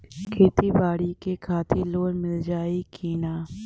खेती बाडी के खातिर लोन मिल जाई किना?